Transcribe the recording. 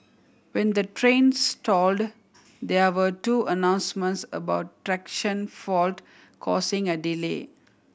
when the train stalled there were two announcements about traction fault causing a delay